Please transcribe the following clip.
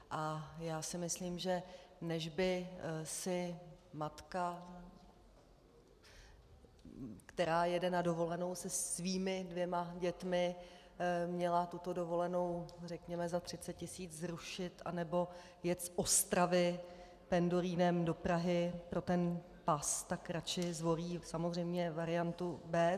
A já si myslím, že než by si matka, která jede na dovolenou se svými dvěma dětmi, měla tuto dovolenou řekněme za 30 tisíc zrušit, anebo jet z Ostravy pendolinem do Prahy pro ten pas, tak radši zvolí samozřejmě variantu b).